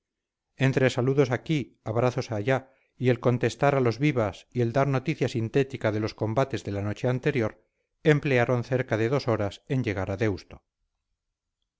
entre saludos aquí abrazos allá y el contestar a los vivas y el dar noticia sintética de los combates de la noche anterior emplearon cerca de dos horas en llegar a deusto